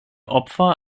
opfer